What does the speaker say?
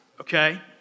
okay